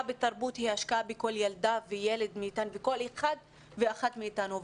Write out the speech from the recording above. בתרבות היא השקעה בכל ילדה וילד ובכל אחד ואחת מאתנו.